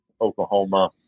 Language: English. Oklahoma